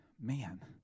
man